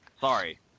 Sorry